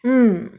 mm